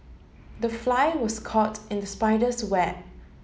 the fly was caught in the spider's web